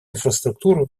инфраструктуру